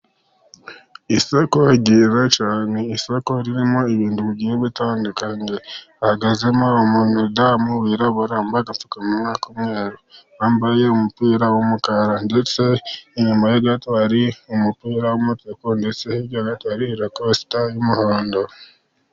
Isoko ryiza cyane, isoko ririmo ibintu bigiye bitandukanye, kandi hahagazemo umudamu wirabura wambaye agapfukamunwa k'umweru, yambaye umupira w'umukara. Ndetse inyuma ye gato, hari umupira w'umutuku, ndetse hirya gato, hari rakosita y'umuhondo.